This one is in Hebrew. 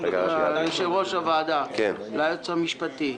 יושב-ראש הוועדה, יש לי שאלה ליועץ המשפטי.